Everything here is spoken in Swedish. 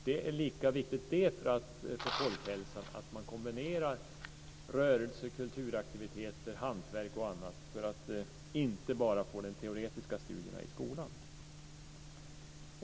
Det är lika viktigt för folkhälsan att kombinera rörelse, kulturaktiviteter och hantverk, så att det inte bara blir teoretiska studier i skolan.